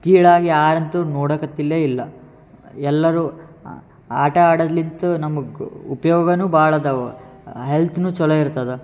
ಕೀಳಾಗಿ ಯಾರಂತೂ ನೋಡಕ್ಕತ್ತಿಲ್ಲೇ ಇಲ್ಲ ಎಲ್ಲರೂ ಆಟ ಆಡಲಿತ್ತು ನಮಗ್ ಉಪ್ಯೋಗವೂ ಭಾಳ ಅದಾವೆ ಹೆಲ್ತೂ ಚಲೋ ಇರ್ತದೆ